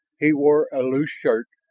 he wore a loose shirt,